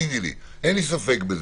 אין לי ספק בזה.